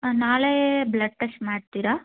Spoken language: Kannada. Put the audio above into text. ನಾಳೆ ಬ್ಲಡ್ ಟೆಸ್ಟ್ ಮಾಡ್ತಿರಾ